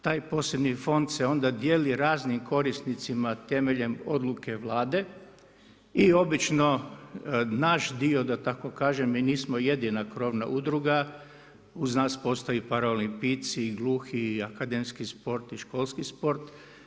Taj posebni fond se onda dijeli raznim korisnicima temeljem odluke Vlade i obično naš dio, da tako kažem, mi nismo jedina krovna udruga, uz nas postoje paraolimpijci, gluhi, akademski šport i školski šport.